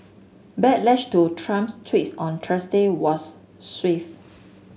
backlash to Trump's tweets on Thursday was swift